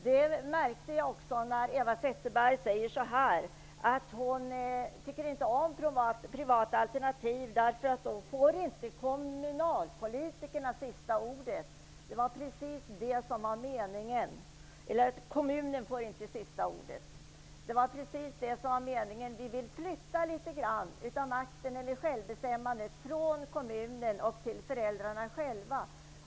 Det märkte jag också när Eva Zetterberg sade att hon inte tycker om privata alternativ därför att kommunen då inte får sista ordet. Det är precis det som är meningen. Vi vill flytta litet av makten, eller självbestämmandet, från kommunen till föräldrarna själva.